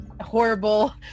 horrible